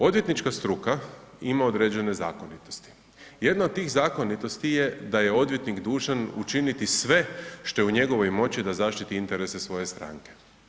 Odvjetnička struka ima određene zakonitosti, jedna od tih zakonitosti je da je odvjetnik dužan učiniti sve što je u njegovoj moći da zaštiti interese svoje stranke.